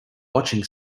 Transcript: watching